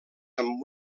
amb